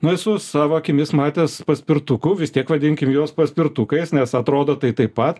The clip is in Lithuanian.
nu esu savo akimis matęs paspirtuku vis tiek vadinkim juos paspirtukais nes atrodo tai taip pat